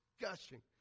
gushing